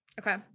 Okay